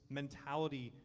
mentality